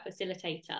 facilitator